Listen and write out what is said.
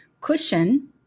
cushion